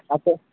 अच्छा